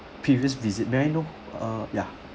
previous visit may I know uh ya